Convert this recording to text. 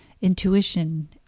Intuition